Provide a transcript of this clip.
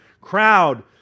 crowd